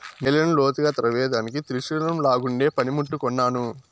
నేలను లోతుగా త్రవ్వేదానికి త్రిశూలంలాగుండే పని ముట్టు కొన్నాను